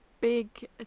Big